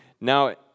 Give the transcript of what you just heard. Now